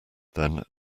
then